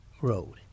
Road